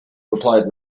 replied